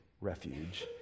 refuge